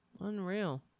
Unreal